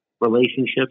relationships